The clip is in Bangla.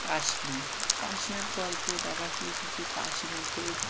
কাশীনাথ কাশীনাথ গল্প দেখা গিয়েছে যে কাশীনাথের